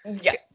Yes